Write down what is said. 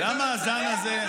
למה הזן הזה,